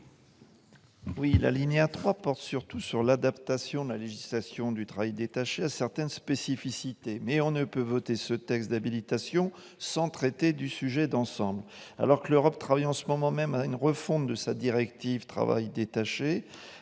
L'alinéa 3 porte surtout sur l'adaptation de la législation du travail détaché à certaines spécificités. On ne peut néanmoins voter ce projet de loi d'habilitation sans traiter du sujet d'ensemble. Alors que l'Europe travaille en ce moment même à une refonte de sa directive sur le travail détaché,